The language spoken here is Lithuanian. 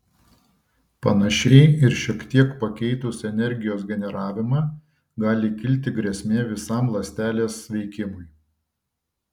panašiai ir šiek tiek pakeitus energijos generavimą gali kilti grėsmė visam ląstelės veikimui